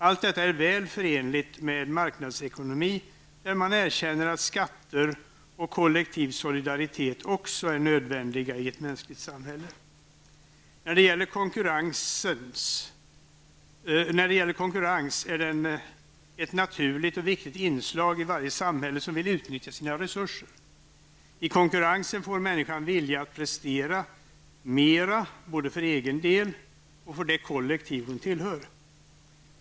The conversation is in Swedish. Allt detta är väl förenligt med en marknadsekonomi där man erkänner att skatter och kollektiv solidaritet också är nödvändiga i ett mänskligt samhälle. Konkurrens är ett naturligt och viktigt inslag i varje samhälle som vill utnyttja sina resurser. I konkurrensen får människan vilja att prestera mera både för egen del och för det kollektiv hon tillhör.